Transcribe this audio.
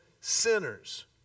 sinners